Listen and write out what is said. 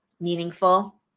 meaningful